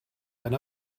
ein